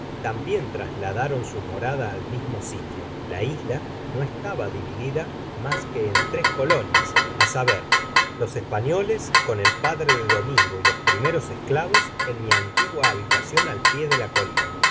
tambien trasladaron su morada al mismo sitio la isla no estaba dividida mas que en tres colonias á sater los aspañoles coa el padre de domingo y los primeros esclavos en mi antigua habitacion al pié de la colina